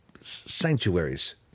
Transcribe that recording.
Sanctuaries